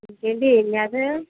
ఇంకా ఏంటి ఏమి చేస్తున్నావు